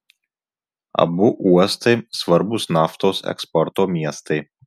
abu uostai svarbūs naftos eksporto miestai